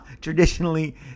Traditionally